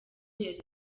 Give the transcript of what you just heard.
yari